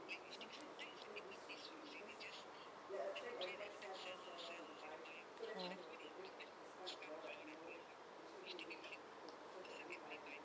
mm